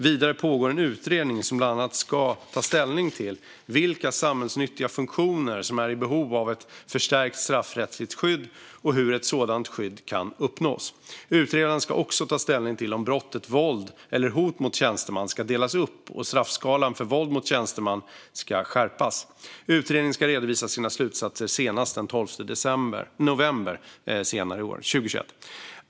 Vidare pågår en utredning som bland annat ska ta ställning till vilka samhällsnyttiga funktioner som är i behov av ett förstärkt straffrättsligt skydd och hur ett sådant skydd kan uppnås. Utredaren ska också ta ställning till om brottet våld eller hot mot tjänsteman ska delas upp och om straffskalan för våld mot tjänsteman ska skärpas. Utredaren ska redovisa sina slutsatser senast den 12 november 2021.